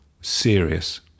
serious